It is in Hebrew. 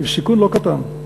עם סיכון לא קטן,